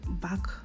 back